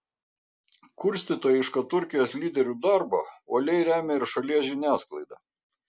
kurstytojišką turkijos lyderių darbą uoliai remia ir šalies žiniasklaida